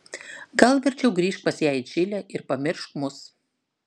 gal verčiau grįžk pas ją į čilę ir pamiršk mus